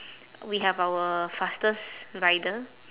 we have our fastest rider